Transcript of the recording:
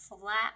flat